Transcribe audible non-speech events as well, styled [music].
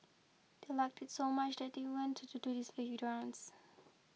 they liked it so much that they went to do this [unintelligible] rounds